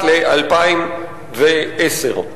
ו-2010.